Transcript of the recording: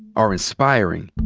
are inspiring,